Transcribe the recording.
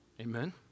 Amen